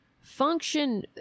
function